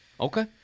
okay